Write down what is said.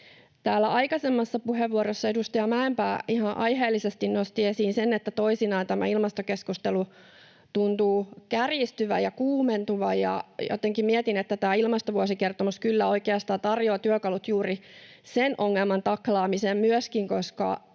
Täällä aikaisemmassa puheenvuorossa edustaja Mäenpää ihan aiheellisesti nosti esiin sen, että toisinaan tämä ilmastokeskustelu tuntuu kärjistyvän ja kuumentuvan. Jotenkin mietin, että tämä ilmastovuosikertomus kyllä oikeastaan tarjoaa työkalut myöskin juuri sen ongelman taklaamiseen, koska